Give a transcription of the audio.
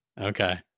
Okay